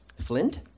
Flint